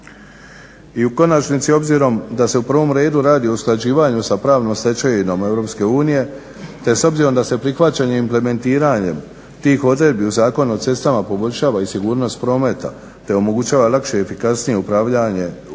i u konačnici obzirom da se u prvom redu radi o usklađivanju sa pravnom stečevinom EU te s obzirom da se prihvaćanjem i implementiranjem tih odredbi u Zakonu o cestama poboljšava i sigurnost prometa, te omogućava lakše i efikasnije upravljanje